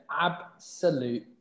absolute